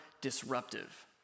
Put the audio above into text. disruptive